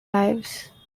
lives